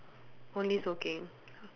only smoking